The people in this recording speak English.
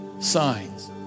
signs